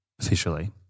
officially